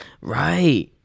Right